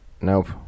Nope